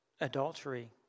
adultery